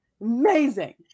Amazing